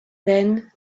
then